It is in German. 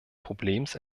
problems